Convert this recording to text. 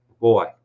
Boy